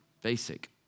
Basic